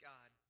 God